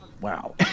Wow